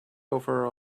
over